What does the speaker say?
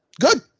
Good